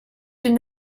une